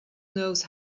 knows